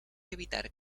evitar